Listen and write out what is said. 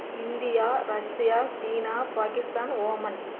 India Russia China Pakistan Oman